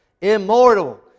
immortal